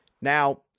Now